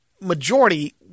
majority